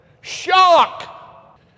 shock